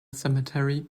cemetery